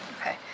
Okay